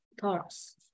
thoughts